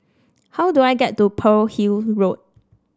how do I get to Pearl Hill Road